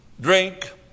drink